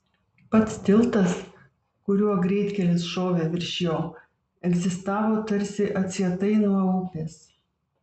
pats tiltas kuriuo greitkelis šovė virš jo egzistavo tarsi atsietai nuo upės